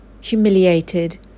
humiliated